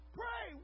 pray